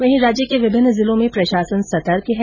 वहीं राज्य के विभिन्न जिलों में प्रशासन सतर्क है